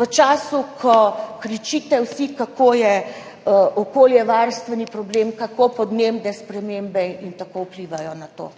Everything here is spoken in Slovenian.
v času, ko vsi kričite, kako je to okoljevarstveni problem, kako podnebne spremembe vplivajo na to.